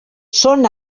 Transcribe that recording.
són